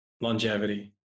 longevity